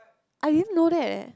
I didn't know that eh